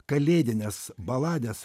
kalėdinės baladės